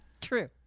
True